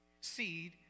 Seed